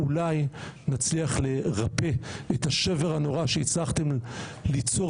אולי נצליח לרפא את השבר הנורא שהצלחתם ליצור